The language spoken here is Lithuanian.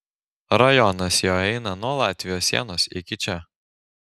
rajonas jo eina nuo latvijos sienos iki čia